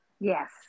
Yes